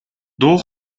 дуу